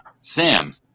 Sam